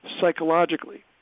psychologically